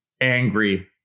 angry